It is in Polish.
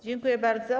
Dziękuję bardzo.